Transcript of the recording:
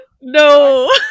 No